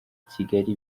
kigali